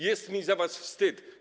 Jest mi za was wstyd.